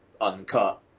uncut